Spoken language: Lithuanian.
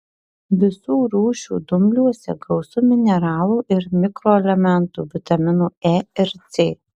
visų rūšių dumbliuose gausu mineralų ir mikroelementų vitaminų e ir c